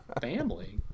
family